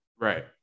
Right